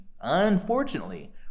unfortunately